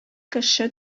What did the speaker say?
кеше